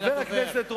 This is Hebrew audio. חבר הכנסת רותם,